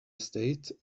estate